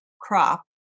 crop